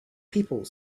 people